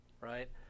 right